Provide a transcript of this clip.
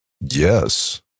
Yes